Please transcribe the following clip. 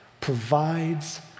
provides